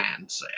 mindset